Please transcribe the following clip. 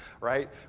right